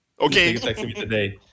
Okay